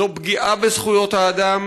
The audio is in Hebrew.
זו פגיעה בזכויות האדם,